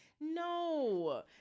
No